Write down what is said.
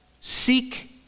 Seek